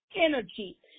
energy